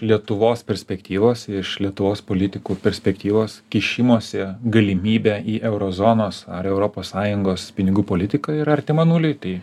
lietuvos perspektyvos iš lietuvos politikų perspektyvos kišimosi galimybė į euro zonos ar europos sąjungos pinigų politiką ir artima nuliui tai